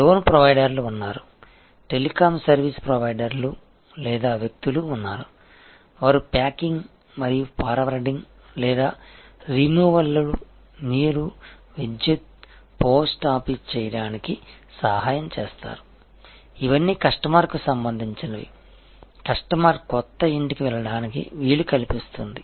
loan ప్రొవైడర్లు ఉన్నారు telecom service ప్రొవైడర్లు లేదా వ్యక్తులు ఉన్నారు వారు ప్యాకింగ్ మరియు ఫార్వార్డింగ్ లేదా రిమూవల్లు నీరు విద్యుత్ పోస్ట్ ఆఫీస్ చేయడానికి సహాయం చేస్తారు ఇవన్నీ కస్టమర్కు సంబంధించినవి కస్టమర్ కొత్త ఇంటికి వెళ్లడానికి వీలు కల్పిస్తుంది